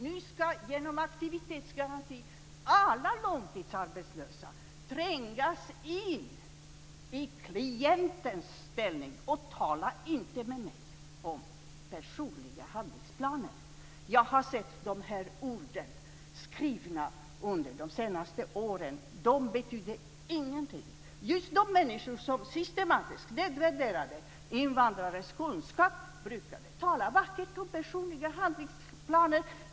Nu ska genom aktivitetsgaranti alla långtidsarbetslösa trängas in i klientens ställning. Och tala inte med mig om personliga handlingsplaner. Jag har sett de orden skrivna under de senaste åren. De betyder ingenting. Just de människor som systematiskt nedvärderade invandrares kunskap brukade tala vackert om personliga handlingsplaner.